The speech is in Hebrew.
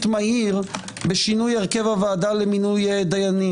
מהיר בשינוי הרכב הוועדה למינוי דינים,